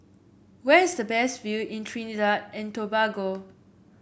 where is the best view in Trinidad and Tobago